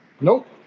Nope